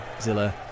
Zilla